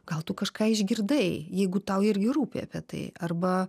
gal tu kažką išgirdai jeigu tau irgi rūpi apie tai arba